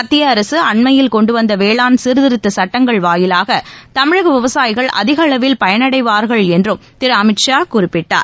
மத்திய அரசு அண்மையில் கொண்டு வந்த வேளாண் சீர்திருத்த சட்டங்கள் வாயிலாக தமிழக விவசாயிகள் அதிக அளவில் பயனடைவார்கள் என்றும் அவர் குறிப்பிட்டார்